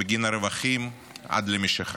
בגין הרווחים עד למשיכה.